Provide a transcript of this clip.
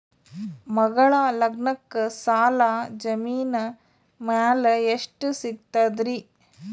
ಮಗಳ ಲಗ್ನಕ್ಕ ಸಾಲ ಜಮೀನ ಮ್ಯಾಲ ಎಷ್ಟ ಸಿಗ್ತದ್ರಿ?